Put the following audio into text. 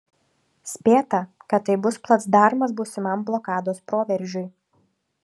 spėta kad tai bus placdarmas būsimam blokados proveržiui